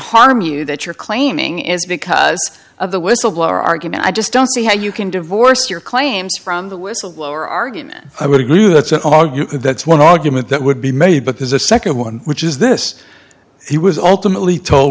harm you that you're claiming is because of the whistleblower argument i just don't see how you can divorce your claims from the whistleblower argument i would agree that's a that's one argument that would be made but there's a second one which is this he was ultimately tol